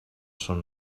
són